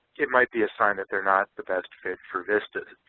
it might be a sign that they're not the best fit for vistas.